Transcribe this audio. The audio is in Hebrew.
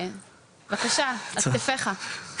בבקשה, על כתפיך.